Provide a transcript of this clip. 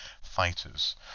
fighters